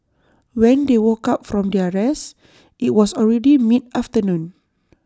when they woke up from their rest IT was already mid afternoon